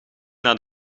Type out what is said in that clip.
naar